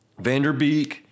Vanderbeek